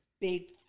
big